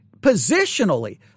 positionally